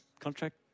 contract